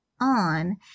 on